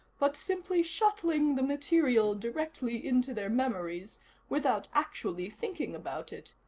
but simply shuttling the material directly into their memories without actually thinking about it.